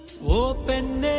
Open